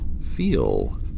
feel